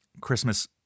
Christmas